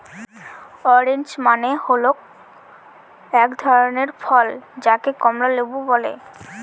orange মানে হল এক ধরনের ফল যাকে কমলা লেবু বলে